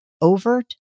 overt